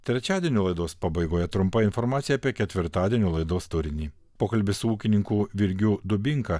trečiadienio laidos pabaigoje trumpa informacija apie ketvirtadienio laidos turinį pokalbis su ūkininku virgiu dubinka